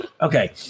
Okay